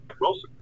Wilson